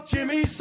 Jimmy